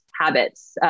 habits